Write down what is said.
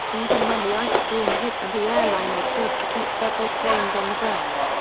even when the ice storm hit and the airline was forced to keep several planes on the ground.